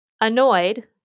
Annoyed